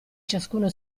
ciascuno